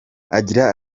agira